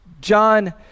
John